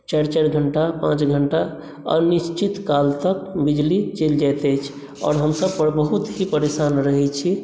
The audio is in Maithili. चारि चारि घंटा पांच घंटा अनिश्चित काल तक बिजली चलि जायत अछि आओर हमसब बहुत ही परेशान रहै छी